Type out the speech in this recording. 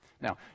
Now